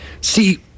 See